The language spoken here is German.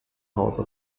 house